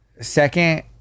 Second